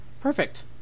Perfect